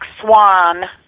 swan